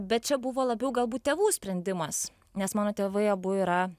bet čia buvo labiau galbūt tėvų sprendimas nes mano tėvai abu yra